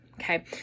Okay